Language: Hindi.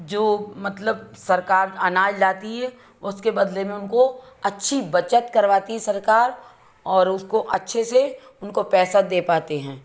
जो मतलब सरकार अनाज लाती है उसके बदले में उनको अच्छी बचत करवाती है सरकार और उसको अच्छे से उनको पैसा दे पाते हैं